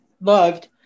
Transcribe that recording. loved